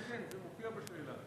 כן, כן, זה מופיע בשאלה.